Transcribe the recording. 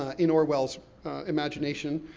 in orwell's imagination.